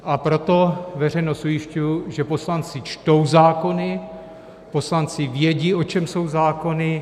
A proto veřejnost ujišťuji, že poslanci čtou zákony, poslanci vědí, o čem jsou zákony.